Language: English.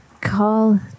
Call